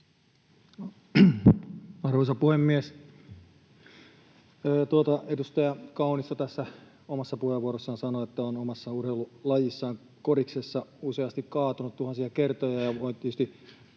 Arvoisa puhemies! Edustaja Kaunisto omassa puheenvuorossaan sanoi, että on omassa urheilulajissaan, koriksessa, useasti kaatunut, tuhansia kertoja. Tietysti